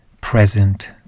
present